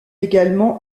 également